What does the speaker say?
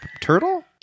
turtle